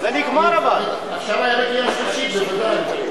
זה היה בקריאה, אבל היא הצביעה.